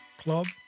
Club